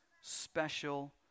special